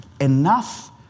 enough